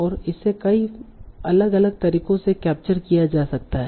और इसे कई अलग अलग तरीकों से कैप्चर किया जा सकता है